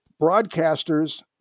Broadcasters